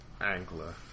Angler